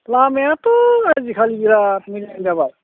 लामायाथ' आजिखालि बिराद मोजां जाबाय